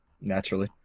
Naturally